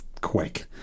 quick